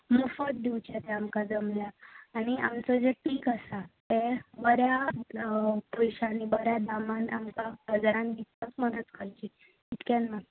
मोफत दिवचें तें आमकां जमल्यार आनी आमचें जें पीक आसा तें बऱ्या पयश्यांनी बऱ्या दामान आमकां बाजारांत विकपाक मदत करची इतलेंच